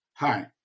Hi